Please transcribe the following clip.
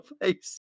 face